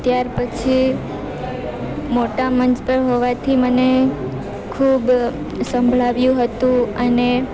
ત્યાર પછી મોટા મંચ પર હોવાથી મને ખૂબ સંભળાવ્યું હતું અને